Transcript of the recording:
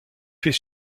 fait